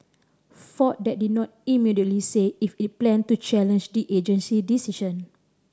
Ford that did not immediately say if it planned to challenge the agency decision